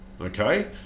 Okay